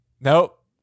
Nope